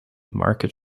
market